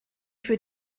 für